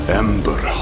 ember